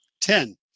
Ten